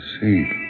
see